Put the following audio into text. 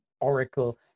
Oracle